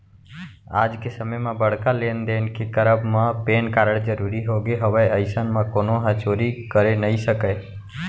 आज के समे म बड़का लेन देन के करब म पेन कारड जरुरी होगे हवय अइसन म कोनो ह चोरी करे नइ सकय